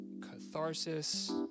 catharsis